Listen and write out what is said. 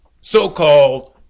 so-called